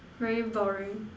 very boring